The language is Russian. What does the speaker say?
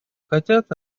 хотят